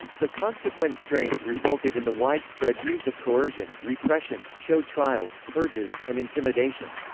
the consequent strains resulted in the widespread used of coercion, repression, show trials, purges, and intimidation.